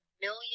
million